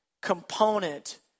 component